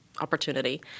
opportunity